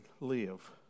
live